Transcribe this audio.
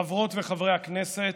חברות וחברי הכנסת,